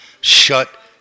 shut